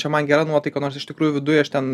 čia man gera nuotaika nors iš tikrųjų viduj aš ten